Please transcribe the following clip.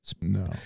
No